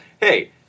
Hey